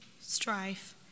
strife